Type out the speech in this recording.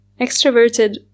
extroverted